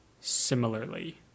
similarly